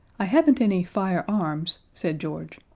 i haven't any fire arms, said george,